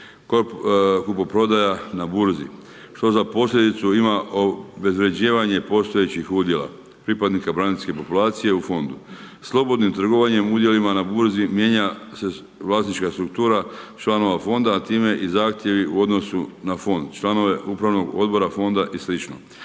razumije./… na burzi što za posljedicu ima obezvrjeđivanje postojećih udjela, pripadnika braniteljske populacije u fondu. Slobodnim trgovanjem udjelima na burzi mijenja se vlasničko struktura članova fonda a time i zahtjevi u odnosu na fond, članove upravnog odbora fonda i sl.